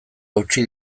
hautsi